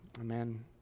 Amen